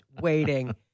Waiting